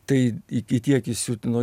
tai iki tiek įsiutino